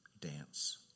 dance